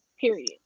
period